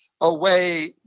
away